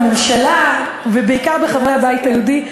בממשלה ובעיקר בחברי הבית היהודי,